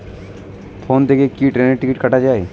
Phone থেকে কি ট্রেনের টিকিট কাটা য়ায়?